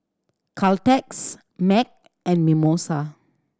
Caltex MAG and Mimosa